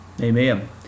amen